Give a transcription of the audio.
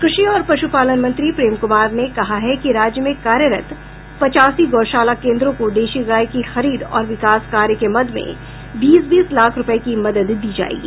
कृषि और पश्पालन मंत्री प्रेम कुमार ने कहा है कि राज्य में कार्यरत पचासी गौशाला केन्द्रों को देशी गाय की खरीद और विकास कार्य के मद में बीस बीस लाख रूपये की मदद दी जायेगी